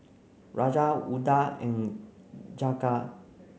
Raja Udai and Jagat